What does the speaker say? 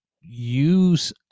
use